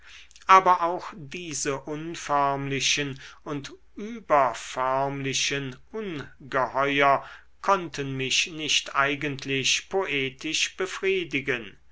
aber auch diese unförmlichen und überförmlichen ungeheuer konnten mich nicht eigentlich poetisch befriedigen